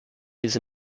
his